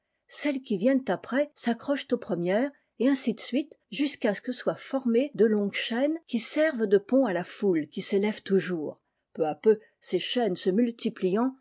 celles qui viennent après s'accrochent aux premières et ainsi de suite jusqu'à ce que soient formées de longues chaînes qui servent de pont à la foule qui s'élève toujours peu à peu ces chaînes se multipliant